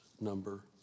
number